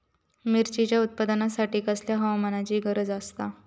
मिरचीच्या उत्पादनासाठी कसल्या हवामानाची गरज आसता?